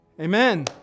Amen